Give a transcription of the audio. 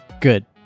Good